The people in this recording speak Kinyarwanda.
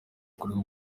kureba